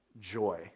joy